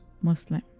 Muslim